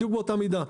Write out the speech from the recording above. בדיוק באותה מידה.